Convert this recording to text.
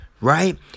right